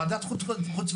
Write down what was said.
ועדת החוץ והביטחון,